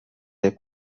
des